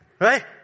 right